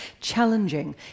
Challenging